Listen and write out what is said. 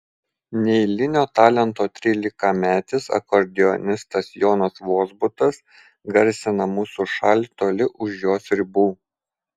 neeilinio talento trylikametis akordeonistas jonas vozbutas garsina mūsų šalį toli už jos ribų